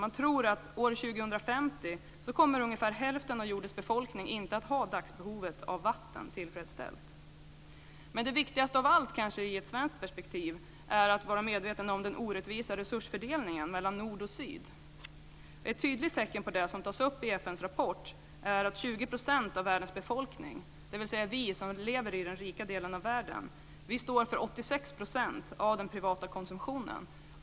Man tror att ungefär hälften av jordens befolkning inte kommer att ha dagsbehovet av vatten tillfredsställt år 2050. Men kanske är det viktigaste av allt i ett svenskt perspektiv att man är medveten om den orättvisa resursfördelningen mellan nord och syd. Ett tydligt tecken på det, som tas upp i FN:s rapport, är att 20 % av världens befolkning, dvs. vi som lever i den rika delen av världen, står för 86 % av den privata konsumtionen.